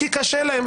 כי קשה להם.